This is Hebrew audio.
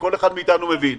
וכל אחד מאיתנו מבין אותם.